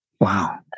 Wow